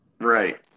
right